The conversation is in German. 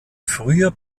früher